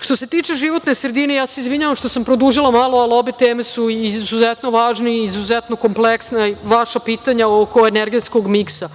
Što se tiče životne sredine, ja se izvinjavam što sam produžila malo, ali obe teme su izuzetno važne i izuzetno kompleksne, vaša pitanja oko energetskog miksa.